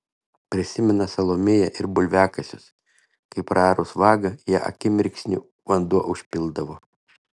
prisimena salomėja ir bulviakasius kai praarus vagą ją akimirksniu vanduo užpildavo